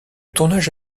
tournage